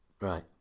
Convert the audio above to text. Right